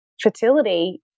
fertility